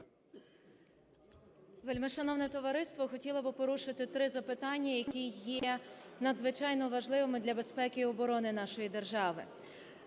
Вельмишановне товариство, хотіла би порушити три запитання, які є надзвичайно важливими для безпеки і оборони нашої держави.